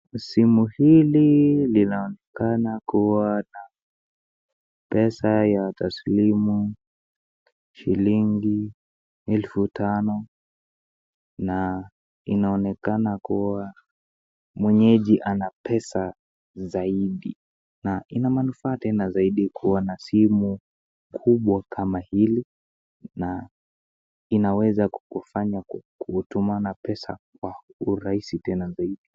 Simu hili linaonekana kua na pesa ya taslimu shillingi elfu tano na inaonekana kua mwenyeji ana pesa zaidi. Na ina manufaa tena zaidi kua na simu kubwa kama hili inaweza kukufanya kutuma pesa kwa urahisi zaidi.